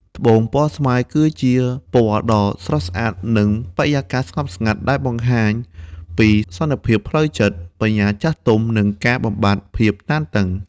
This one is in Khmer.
ត្បូងពណ៌ស្វាយ គឺជាពណ៌ដ៏ស្រស់ស្អាតនិងបរិយាកាសស្ងប់ស្ងាត់ ដែលបង្ហាញពី សន្តិភាពផ្លូវចិត្ត បញ្ញាចាស់ទុំ និងការបំបាត់ភាពតានតឹង។